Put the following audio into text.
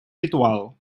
ritual